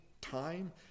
time